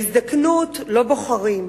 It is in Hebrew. בהזדקנות לא בוחרים,